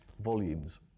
volumes